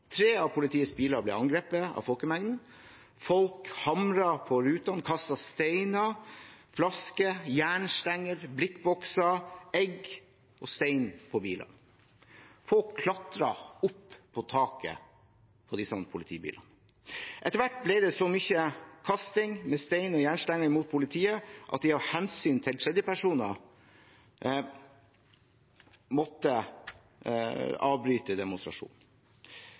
Tre av politiets biler ble angrepet av folkemengden, folk hamret på rutene, kastet steiner, flasker, jernstenger, blikkbokser, egg og kastet stein på bilene. Folk klatret opp på taket på disse politibilene. Etter hvert ble det så mye kasting med stein og jernstenger mot politiet at de av hensyn til tredjepersoner måtte avbryte demonstrasjonen.